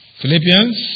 Philippians